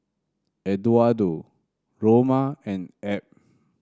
Eduardo Roma and Ebb